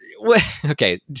Okay